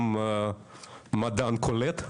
גם מדען קולט.